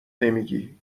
نمیگی